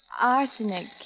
arsenic